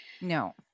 No